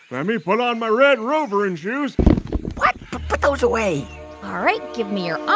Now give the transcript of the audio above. let me put on my red rovering shoes what? put those away all right. give me your um